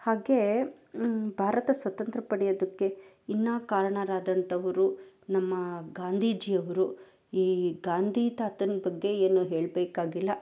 ಹಾಗೇ ಭಾರತ ಸ್ವತಂತ್ರ ಪಡೆಯೋದಕ್ಕೆ ಇನ್ನೂ ಕಾರಣರಾದಂತವರು ನಮ್ಮ ಗಾಂಧೀಜಿ ಅವರು ಈ ಗಾಂಧಿ ತಾತನ ಬಗ್ಗೆ ಏನೂ ಹೇಳಬೇಕಾಗಿಲ್ಲ